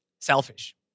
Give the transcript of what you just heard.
selfish